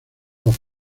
pop